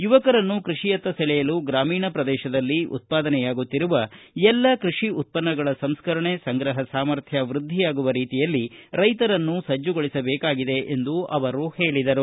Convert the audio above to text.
ಯುವಕರನ್ನು ಕೃಷಿಯತ್ತ ಸೆಳೆಯಲು ಗ್ರಾಮೀಣ ಪ್ರದೇಶದಲ್ಲಿ ಉತ್ಪಾದನೆಯಾಗುತ್ತಿರುವ ಎಲ್ಲ ಕೃಷಿ ಉತ್ಪನ್ನಗಳ ಸಂಸ್ಕರಣೆ ಸಂಗ್ರಹ ಸಾಮರ್ಥ್ಯ ವೃದ್ದಿಯಾಗುವ ರೀತಿಯಲ್ಲಿ ರೈತರನ್ನು ಸಜ್ಜುಗೊಳಿಸಬೇಕಾಗಿದೆ ಎಂದು ಅವರು ಹೇಳಿದರು